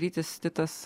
rytis titas